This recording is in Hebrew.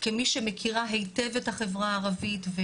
כמי שמכירה היטב את החברה הערבית.